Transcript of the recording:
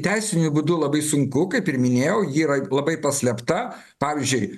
teisiniu būdu labai sunku kaip ir minėjau ji yra labai paslėpta pavyzdžiui